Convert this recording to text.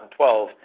2012